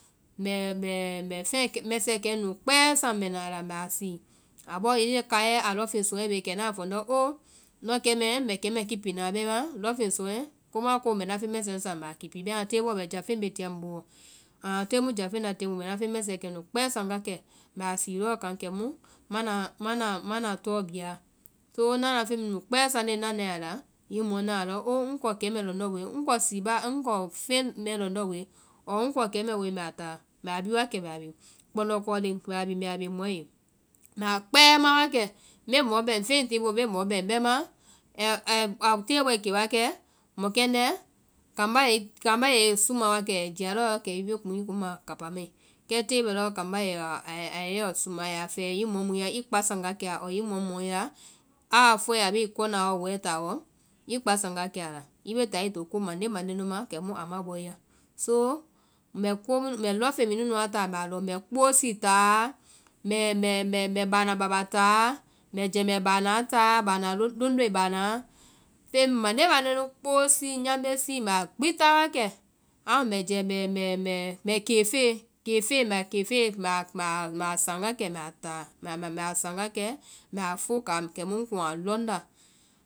Mbɛ fɛɛ mɛsɛɛ kɛ mɛɛ kpɛɛ saŋ mbɛ na a la mbɛ a sii, a bɔɔ hiŋi kaiɛ a lɔŋfeŋ suɔɛ bee, kɛ ŋna a fɔ ŋndɔ oo,